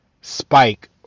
spike